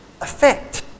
effect